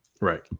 Right